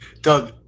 Doug